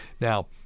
Now